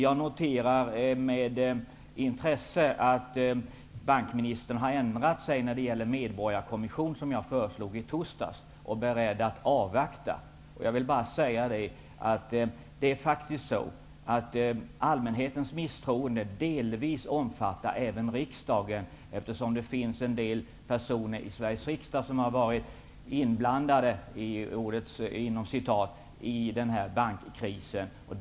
Jag noterar med intresse att bankministern har ändrat sig när det gäller en medborgarkommission, som jag föreslog i torsdags. Han är beredd att avvakta. Allmänhetens misstroende omfattar faktiskt delvis även riksdagen, eftersom det finns en del personer i Sveriges riksdag som har varit inblandade i ''bankkrisen''.